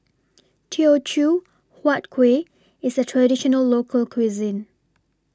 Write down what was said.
Teochew Huat Kuih IS A Traditional Local Cuisine